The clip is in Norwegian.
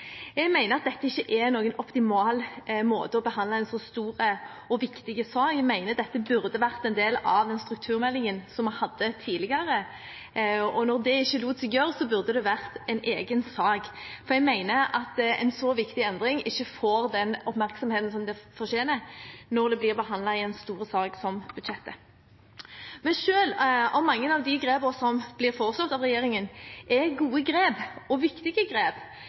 Jeg mener at dette ikke er noen optimal måte å behandle en så stor og viktig sak på. Jeg mener at dette burde vært en del av den strukturmeldingen som vi hadde tidligere. Når det ikke lot seg gjøre, burde det vært en egen sak, for jeg mener at en så viktig endring ikke får den oppmerksomheten som den fortjener, når den blir behandlet i en stor sak som budsjettet. Men selv om mange av de grepene som blir foreslått av regjeringen, er gode grep og viktige grep,